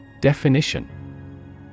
Definition